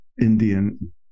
Indian